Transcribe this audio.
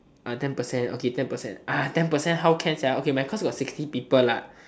ten percent okay ten percent ten percent how can okay my course have sixty people lah